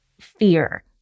fear